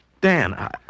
Dan